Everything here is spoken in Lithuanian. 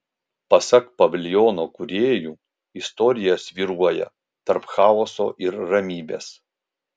pasak paviljono kūrėjų istorija svyruoja tarp chaoso ir ramybės